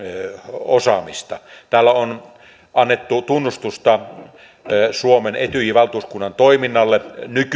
osaamista täällä on annettu tunnustusta suomen etyj valtuuskunnan toiminnalle